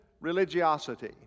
religiosity